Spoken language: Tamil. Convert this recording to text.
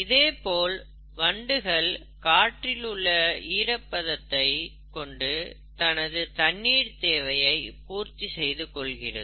இதேபோல வண்டுகள் காற்றிலுள்ள ஈரப்பதத்தை கொண்டு தனது தண்ணீர் தேவையை பூர்த்தி செய்து கொள்கிறது